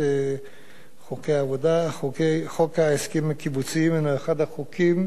חוק הסכמים קיבוציים הינו אחד החוקים שבסמכות המינהל הזה.